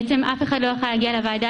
בעצם אף אחד לא יכול להגיע לוועדה,